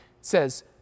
says